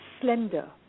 slender